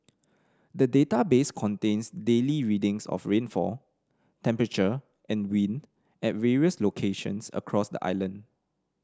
the database contains daily readings of rainfall temperature and wind at various locations across the island